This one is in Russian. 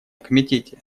комитете